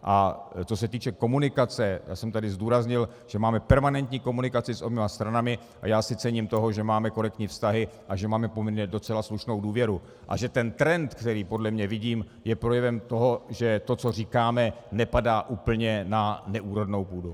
A co se týče komunikace, já jsem tady zdůraznil, že máme permanentní komunikaci s oběma stranami, a já si cením toho, že máme korektní vztahy a že máme poměrně docela slušnou důvěru a že ten trend, který vidím, je projevem toho, že to, co říkáme, nepadá úplně na neúrodnou půdu.